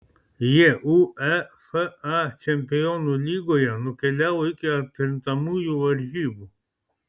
jie uefa čempionų lygoje nukeliavo iki atkrintamųjų varžybų